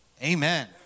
amen